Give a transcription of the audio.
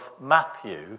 Matthew